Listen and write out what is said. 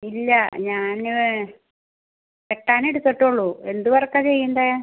ഇല്ല ഞാൻ വെട്ടാൻ എടുത്തിട്ടേ ഉള്ളൂ എന്ത് വർക്ക് ആണ് ചെയ്യേണ്ടത്